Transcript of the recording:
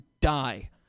die